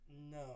No